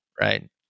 right